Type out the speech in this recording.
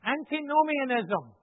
Antinomianism